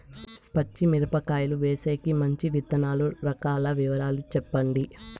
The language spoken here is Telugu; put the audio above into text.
పచ్చి మిరపకాయలు వేసేకి మంచి విత్తనాలు రకాల వివరాలు చెప్పండి?